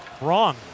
Wrong